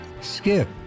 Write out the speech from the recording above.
Skip